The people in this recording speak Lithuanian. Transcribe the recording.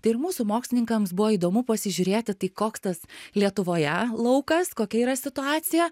tai ir mūsų mokslininkams buvo įdomu pasižiūrėti tai koks tas lietuvoje laukas kokia yra situacija